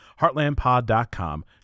Heartlandpod.com